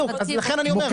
אז לכן אני אומר,